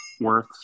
worth